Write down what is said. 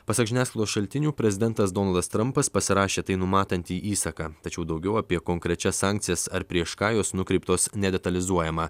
pasak žiniasklaidos šaltinių prezidentas donaldas trampas pasirašė tai numatantį įsaką tačiau daugiau apie konkrečias sankcijas ar prieš ką jos nukreiptos nedetalizuojama